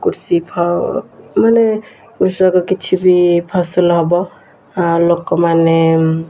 କୃଷି ଫ ମାନେ କୃଷକ କିଛି ବି ଫସଲ ହେବ ଲୋକମାନେ